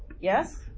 Yes